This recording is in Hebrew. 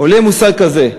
עולה מושג כזה: